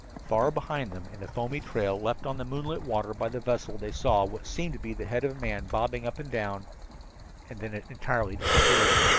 far behind them in the foamy trail left on the moonlit water by the vessel they saw what seemed to be the head of a man bobbing up and down and then it entirely disappeared.